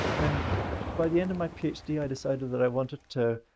and by the end of my ph d. i decided that i wanted to